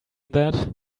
that